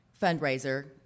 fundraiser